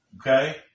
okay